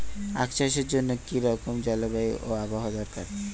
আখ চাষের জন্য কি রকম জলবায়ু ও আবহাওয়া দরকার?